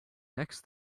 next